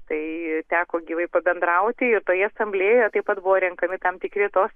tai teko gyvai pabendrauti ir toje asamblėjoje taip pat buvo renkami tam tikri tos